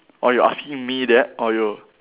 orh you asking me that or you